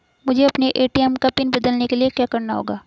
मुझे अपने ए.टी.एम का पिन बदलने के लिए क्या करना होगा?